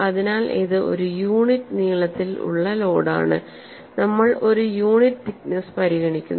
അതിനാൽ ഇത് ഒരു യൂണിറ്റ് നീളത്തിൽ ഉള്ള ലോഡാണ് നമ്മൾ ഒരു യൂണിറ്റ് തിക്നെസ്സ് പരിഗണിക്കുന്നു